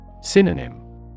Synonym